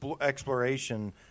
exploration